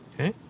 Okay